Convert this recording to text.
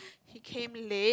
he came late